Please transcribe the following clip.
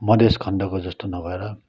मधेस खण्डको जस्तो नभएर